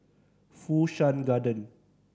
Fu Shan Garden